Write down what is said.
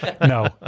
No